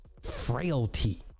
frailty